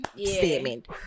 Statement